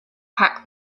packed